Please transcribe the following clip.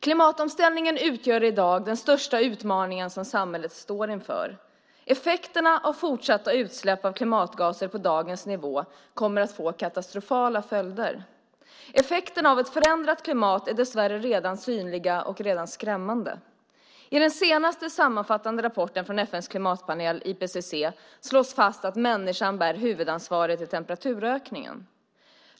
Klimatomställningen utgör i dag den största utmaning som samhället står inför. Effekterna av fortsatta utsläpp av klimatgaser på dagens nivå kommer att få katastrofala följder. Effekterna av ett förändrat klimat är dessvärre redan synliga och redan skrämmande. I den senaste sammanfattande rapporten från FN:s klimatpanel IPCC slås fast att människan bär huvudansvaret för temperaturökningen.